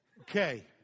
Okay